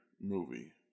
movie